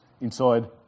inside